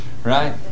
Right